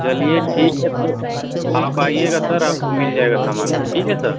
चलिए ठीक है सर तो आप आइएगा सर आपको मिल जाएगा सामान ठीक है सर